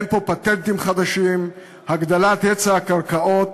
אין פה פטנטים חדשים: הגדלת היצע הקרקעות,